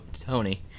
Tony